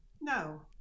No